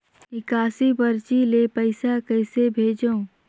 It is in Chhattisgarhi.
निकासी परची ले पईसा कइसे भेजों?